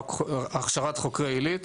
בהכשרת חוקרי עילית